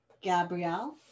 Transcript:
Gabrielle